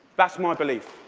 that's my belief.